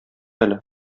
әле